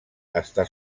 està